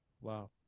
Wow